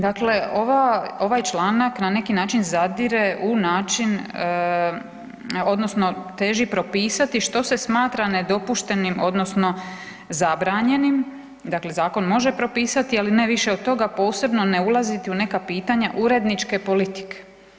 Dakle ovaj članak na neki način zadire u način odnosno teži propisati što se smatra nedopuštenim odnosno zabranjenim dakle, zakon može propisati ali ne više od toga, posebno ne ulaziti u neka pitanja uredničke politike.